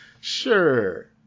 Sure